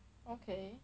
okay